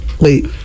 Wait